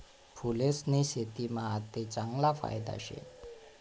फूलेस्नी शेतीमा आते चांगला फायदा शे